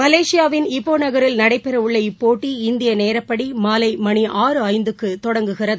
மலேசியாவின் இப்போ நகரில் நடைபெறவுள்ள இப்போட்டி இந்திய நேரப்படி மாலை மணி ஆறு ஐந்துக்கு தொடங்குகிறது